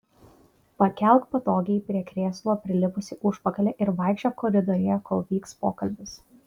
pakelk patogiai prie krėslo prilipusį užpakalį ir vaikščiok koridoriuje kol vyks pokalbis